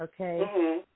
okay